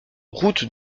route